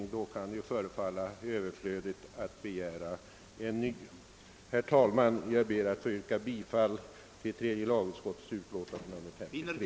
Herr talman! Jag ber att få yrka bifall till utskottets hemställan. »att riksdagen i skrivelse till Kungl. Maj:t måtte hemställa om föreskrifter som ålägger fabrikanter av tvättoch rengöringsmedel att på förpackningen deklarera halten av fosfater».